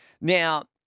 Now